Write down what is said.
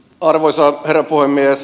arvoisa herra puhemies